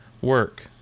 work